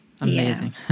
Amazing